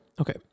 Okay